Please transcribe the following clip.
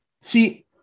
See